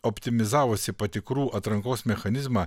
optimizavosi patikrų atrankos mechanizmą